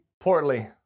portly